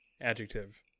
adjective